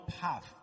path